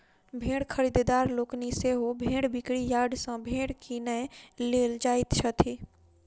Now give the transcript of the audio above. भेंड़ खरीददार लोकनि सेहो भेंड़ बिक्री यार्ड सॅ भेंड़ किनय लेल जाइत छथि